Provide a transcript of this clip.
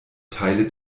teile